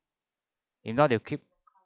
if not they will keep